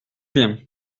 bien